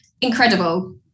incredible